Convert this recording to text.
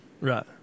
right